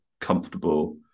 comfortable